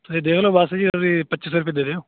ਤੁਸੀਂ ਦੇਖ ਲਓ ਬਸ ਜੀ ਇਹ ਵੀ ਪੱਚੀ ਸੌ ਰੁਪਏ ਦੇ ਦਿਓ